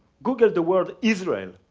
google the word israel.